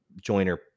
joiner